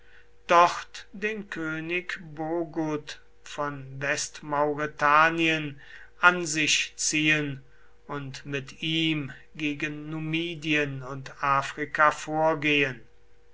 dort den könig bogud von westmauretanien an sich ziehen und mit ihm gegen numidien und afrika vorgehen